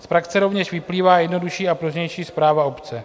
Z praxe rovněž vyplývá jednodušší a pružnější správa obce.